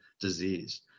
disease